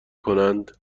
کنند